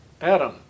Adam